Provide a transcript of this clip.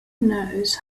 knows